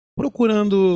procurando